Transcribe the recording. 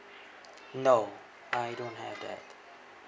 no I don't have that